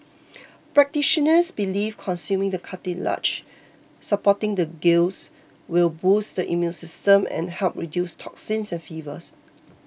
practitioners believe consuming the cartilage supporting the gills will boost the immune system and help reduce toxins and fevers